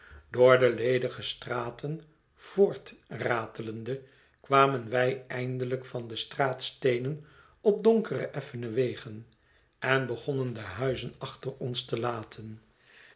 door de ledige straten voortratelende kwamen wij eindelijk van de straatsteenen op donkere effene wegen en begonnen de huizen achter ons te laten